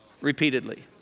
repeatedly